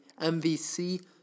MVC